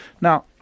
Now